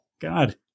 God